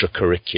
extracurricular